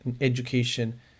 education